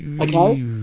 Okay